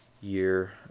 year